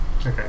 Okay